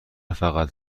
فقط